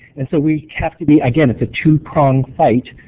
and so we have to be again, it's a two-prong fight,